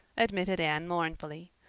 admitted anne mournfully.